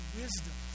wisdom